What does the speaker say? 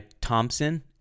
Thompson